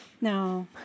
No